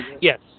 Yes